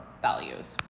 values